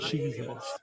Jesus